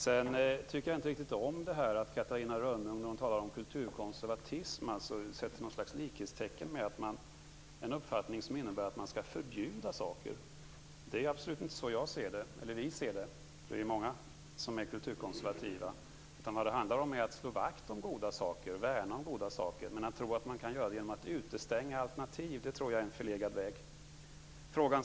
Jag tycker inte riktigt om att Catarina Rönnung, när hon talar om kulturkonservatism, sätter något slags likhetstecken med en uppfattning som innebär att man skall förbjuda saker. Vi ser det absolut inte så. Det är ju många som är kulturkonservativa. Det handlar om att slå vakt om goda saker och värna om goda saker. Jag tror att det är en förlegad väg att tro att man kan göra det genom att utestänga alternativ.